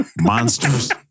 Monsters